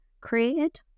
created